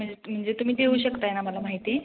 म्हणजे तूम् म्हणजे तुम्ही देऊ शकत आहे ना मला माहिती